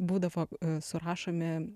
būdavo surašomi